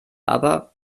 aber